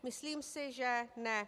Myslím si, že ne.